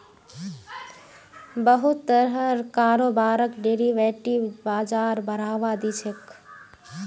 बहुत तरहर कारोबारक डेरिवेटिव बाजार बढ़ावा दी छेक